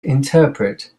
interpret